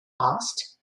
asked